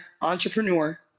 entrepreneur